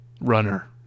runner